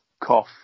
cough